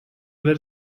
were